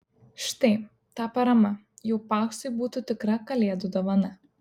štai ta parama jau paksui būtų tikra kalėdų dovana